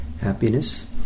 happiness